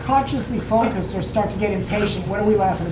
consciously focus or start to get impatient. what are we laughing